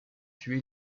tué